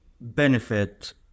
benefit